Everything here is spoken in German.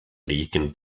liegen